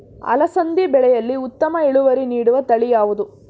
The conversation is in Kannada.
ಅಲಸಂದಿ ಬೆಳೆಯಲ್ಲಿ ಉತ್ತಮ ಇಳುವರಿ ನೀಡುವ ತಳಿ ಯಾವುದು?